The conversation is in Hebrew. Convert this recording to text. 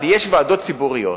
אבל יש ועדות ציבוריות,